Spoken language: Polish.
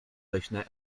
leśne